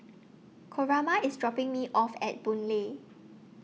Coraima IS dropping Me off At Boon Lay